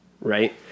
Right